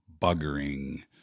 buggering